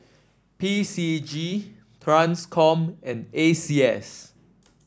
P C G Transcom and A C S